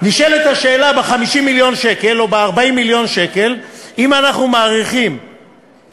נשאלת השאלה: ב-50 מיליון שקל או ב-40 מיליון שקל,